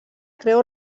creu